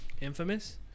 Infamous